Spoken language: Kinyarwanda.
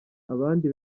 abandi